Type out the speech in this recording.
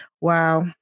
Wow